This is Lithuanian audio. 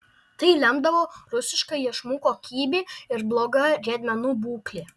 tai lemdavo rusiška iešmų kokybė ir bloga riedmenų būklė